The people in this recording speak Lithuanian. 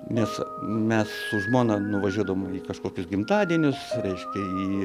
nes mes su žmona nuvažiuodavom į kažkokius gimtadienius reiškia į